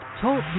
Talk